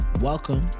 Welcome